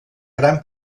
gran